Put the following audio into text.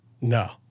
No